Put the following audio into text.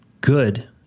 good